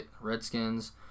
Redskins